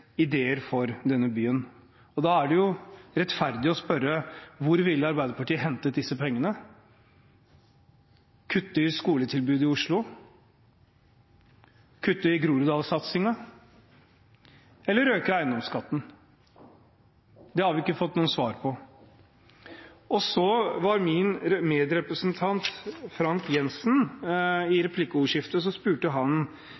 ideer for denne byen. Da er det jo rettferdig å spørre: Hvor ville Arbeiderpartiet hentet disse pengene fra? – Kutte i skoletilbudet i Oslo? Kutte i Groruddalsatsinga? Eller øke skatt på eiendom? Det har vi ikke fått noe svar på. Min medrepresentant Frank J. Jenssen spurte i replikkordskiftet